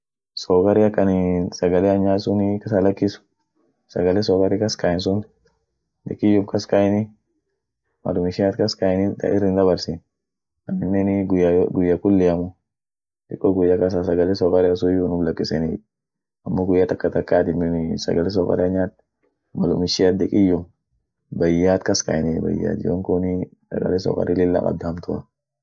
Sokari ak anin sagalean nyaad sunii kasa lakis, sagale sokari kas kaen sun, dikiyum kas kaeni, malum ishiat kas kaeni ta ir hindabarsin, aminenii guya-guya kulliamu diko guya kasa sagale sokari suyu unum lakiseniey, amo guya takka takka atinenii sagale sokaria nyaat, malum ishia dikiyum bayaat kaskaeniey bayaat yonkunii irre sokari lilla kabd hamtuay.